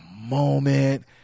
moment